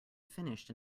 finished